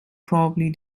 probably